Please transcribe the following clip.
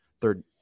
third